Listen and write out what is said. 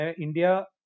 India